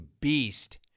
beast